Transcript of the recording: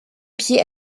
pied